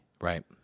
Right